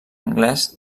anglès